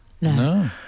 No